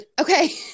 okay